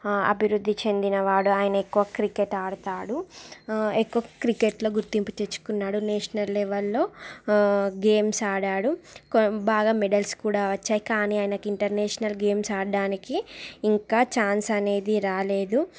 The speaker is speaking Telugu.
అభివృద్ధి చెందిన వాడు ఆయన ఎక్కువ క్రికెట్ ఆడుతాడు ఎక్కువ క్రికెట్లో గుర్తింపు తెచ్చుకున్నాడు నేషనల్ లెవెల్లో గేమ్స్ ఆడాడు బాగా మెడల్స్ కూడా వచ్చాయి కానీ ఆయనకి ఇంటర్నేషనల్ గేమ్స్ ఆడటానికి ఇంకా చాన్స్ అనేది రాలేదు